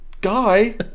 Guy